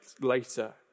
later